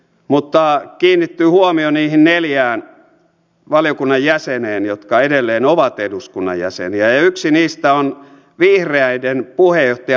mutta kiinnittyy huomio niihin neljään valiokunnan jäseneen jotka edelleen ovat eduskunnan jäseniä ja yksi niistä on vihreiden puheenjohtaja ville niinistö